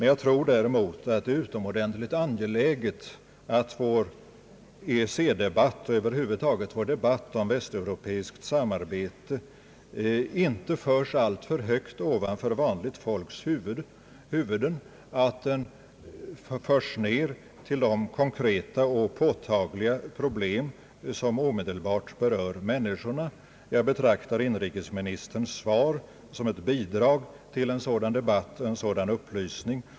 Jag tror emellertid att det är utomordentligt angeläget att vår EEC-debatt — över huvud taget vår debatt om västeuropeiskt samarbete — inte förs alltför högt ovanför vanligt folks huvuden, att den förs ned till de konkreta och påtagliga problem som omedelbart berör människorna. Jag betraktar inrikesministerns svar som ett bidrag till en sådan debatt och en sådan upplysning.